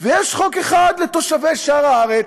ויש חוק אחד לתושבי שאר הארץ.